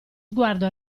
sguardo